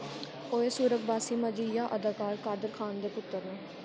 ओह् सुरगबासी मजाहिया अदाकार कादर खान दे पुत्तर न